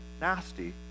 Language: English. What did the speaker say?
nasty